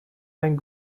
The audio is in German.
ein